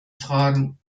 fragen